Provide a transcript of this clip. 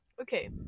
okay